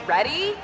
Ready